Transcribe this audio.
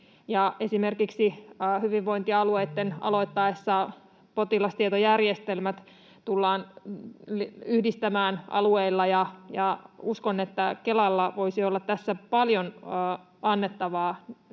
Esimerkiksi hyvinvointialueitten aloittaessa potilastietojärjestelmät tullaan yhdistämään alueilla. Uskon, että Kelalla voisi olla paljon annettavaa